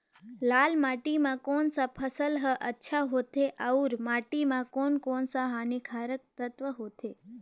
लाल माटी मां कोन सा फसल ह अच्छा होथे अउर माटी म कोन कोन स हानिकारक तत्व होथे?